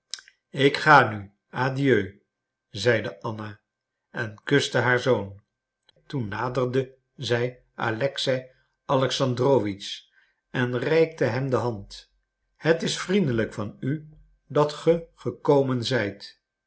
ik ga nu adieu zeide anna en kuste haar zoon toen naderde zij alexei alexandrowitsch en reikte hem de hand het is vriendelijk van u dat ge gekomen zijt